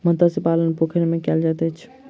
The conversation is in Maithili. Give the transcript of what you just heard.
मत्स्य पालन पोखैर में कायल जाइत अछि